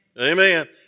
Amen